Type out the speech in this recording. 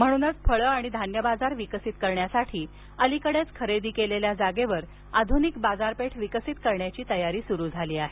म्हणूनच फळं आणि धान्य बाजार विकसित करण्यासाठी अलीकडेच खरेदी केलेल्या जागेवर आधुनिक बाजारपेठ विकसित करण्याची तयारी सुरू झाली आहे